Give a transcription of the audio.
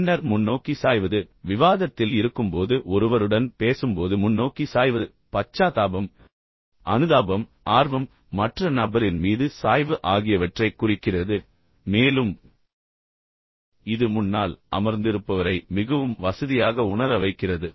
பின்னர் முன்னோக்கி சாய்வது எனவே விவாதத்தில் இருக்கும்போது ஒருவருடன் பேசும்போது முன்னோக்கி சாய்வது பச்சாத்தாபம் அனுதாபம் ஆர்வம் மற்ற நபரின் மீது சாய்வு ஆகியவற்றைக் குறிக்கிறது மேலும் இது முன்னால் அமர்ந்திருப்பவரை மிகவும் வசதியாக உணர வைக்கிறது